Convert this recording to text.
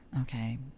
okay